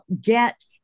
get